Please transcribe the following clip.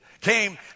came